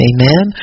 Amen